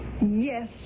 Yes